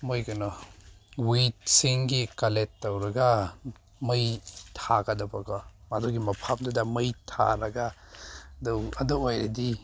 ꯃꯣꯏ ꯀꯩꯅꯣ ꯋꯤꯗꯁꯤꯡꯒꯤ ꯀꯂꯦꯛ ꯇꯧꯔꯒ ꯃꯩ ꯊꯥꯒꯗꯕꯀꯣ ꯃꯗꯨꯒꯤ ꯃꯐꯝꯗꯨꯗ ꯃꯩ ꯊꯥꯔꯒ ꯑꯗꯨ ꯑꯣꯏꯔꯗꯤ